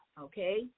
okay